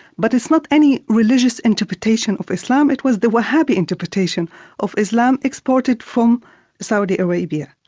but it's not any religious interpretation of islam, it was the wahabi interpretation of islam exported from saudi arabia.